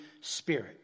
Spirit